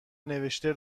نوشته